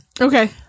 Okay